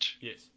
Yes